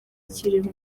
kirimo